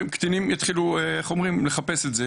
שקטינים יתחילו לחפש את זה,